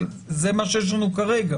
אבל זה מה שיש לנו כרגע.